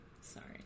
Sorry